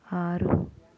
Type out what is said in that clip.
ఆరు